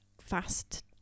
fast